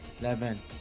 eleven